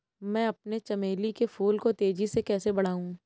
मैं अपने चमेली के फूल को तेजी से कैसे बढाऊं?